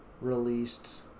released